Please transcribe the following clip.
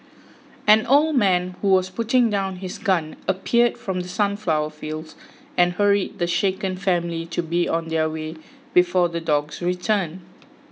an old man who was putting down his gun appeared from the sunflower fields and hurried the shaken family to be on their way before the dogs return